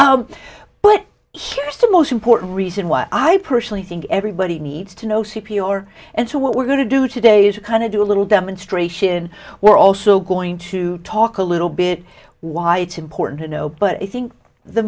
me but here's the most important reason why i personally think everybody needs to know c p r and so what we're going to do today is kind of do a little demonstration we're also going to talk a little bit why it's important to know but i think the